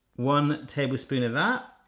one tablespoon of that,